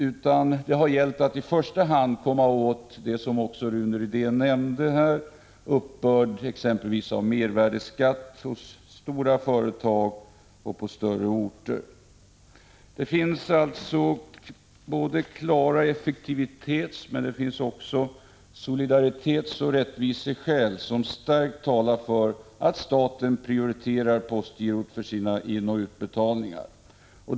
Det har i stället gällt att i första hand komma åt, som också Rune Rydén nämnde, uppbörd exempelvis av mervärdeskatt hos stora företag och på större orter. Det finns alltså inte bara klara effektivitetsutan också solidaritetsoch rättviseskäl som starkt talar för att staten prioriterar postgirot för sina inoch utbetalningar.